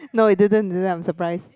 no it didn't that's why I'm surprised